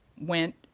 went